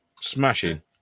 Smashing